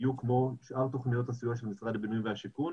בדיוק כמו שאר תוכניות הסיוע של משרד הבינוי והשיכון